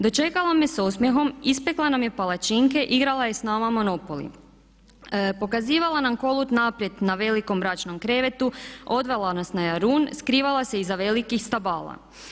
Dočekala me s osmjehom, ispekla nam je palačinke, igrala je s nama monopoly, pokazivala nam kolut naprijed na velikom bračnom krevetu, odvela nas na Jarun, skrivala se iza velikih stabala.